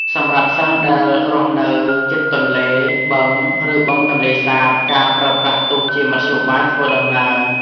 សម្រាប់សិស្សដែលរស់នៅជិតទន្លេ បឹងឬបឹងទន្លេសាប ការប្រើប្រាស់ទូកជាមធ្យោបាយធ្វើដំណើរ។